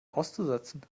auszusetzen